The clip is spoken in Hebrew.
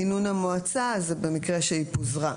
כינון המועצה זה במקרה שהיא פוזרה.